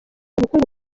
ubukungu